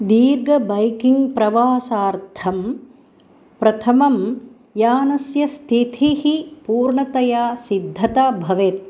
दीर्घ बैकिङग् प्रवासार्थं प्रथमं यानस्य स्थितिः पूर्णतया सिद्धता भवेत्